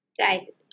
right